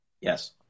Yes